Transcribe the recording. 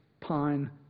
pine